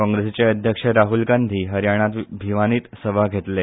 काँग्रेसीचे अध्यक्ष राहूल गांधी हरयाणात भिवानीत सभा घेतले